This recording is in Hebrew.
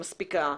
מספיקה,